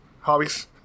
hobbies